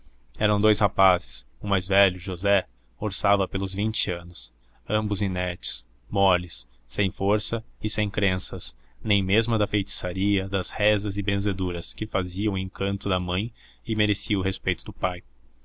eram dous rapazes o mais velho josé orçava pelos vinte anos ambos inertes moles sem força e sem crenças nem mesmo a da feitiçaria das rezas e benzeduras que fazia o encanto da mãe e merecia o respeito do pai